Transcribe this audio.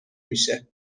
میشه